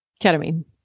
Ketamine